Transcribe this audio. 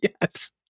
Yes